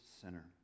sinner